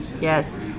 Yes